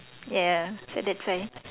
ya so that's why